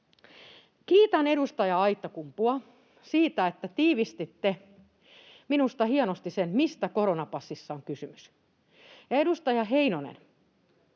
Kiitän edustaja Aittakumpua siitä, että tiivistitte minusta hienosti sen, mistä koronapassissa on kysymys. Ja, edustaja Heinonen,